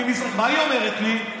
מה היא אומרת לי?